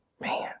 Man